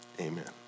Amen